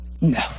No